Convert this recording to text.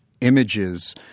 images